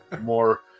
more